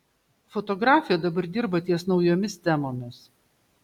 fotografė dabar dirba ties naujomis temomis